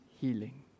healing